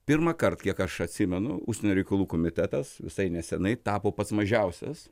pirmąkart kiek aš atsimenu užsienio reikalų komitetas visai nesenai tapo pats mažiausias